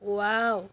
wow